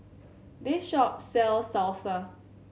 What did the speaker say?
this shop sells Salsa